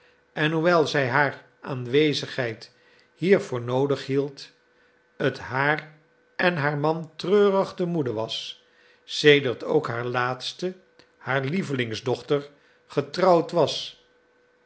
en hoewel zij haar aanwezigheid hier voor noodig hield het haar en haar man treurig te moede was sedert ook haar laatste haar lievelingsdochter getrouwd was